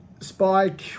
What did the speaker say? Spike